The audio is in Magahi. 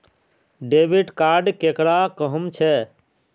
डेबिट कार्ड केकरा कहुम छे?